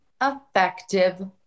effective